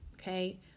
Okay